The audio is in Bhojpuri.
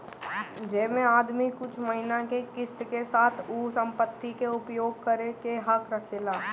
जेमे आदमी कुछ महिना के किस्त के साथ उ संपत्ति के उपयोग करे के हक रखेला